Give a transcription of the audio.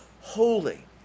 holy